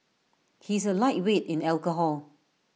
he is A lightweight in alcohol